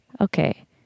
Okay